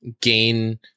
gain